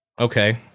okay